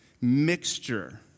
mixture